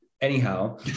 Anyhow